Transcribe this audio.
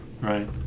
Right